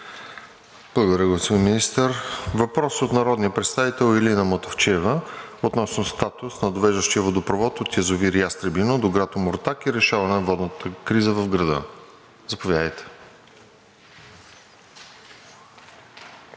Благодаря, господин Министър. Въпрос от народния представител Илина Мутафчиева относно статус на довеждащия водопровод от язовир „Ястребино“ до град Омуртаг и решаване на водната криза в града. Заповядайте.